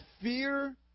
fear